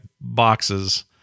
boxes